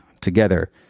together